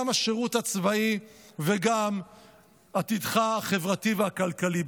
גם השירות הצבאי וגם עתידך החברתי והכלכלי.